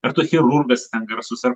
ar tu chirurgas garsus ar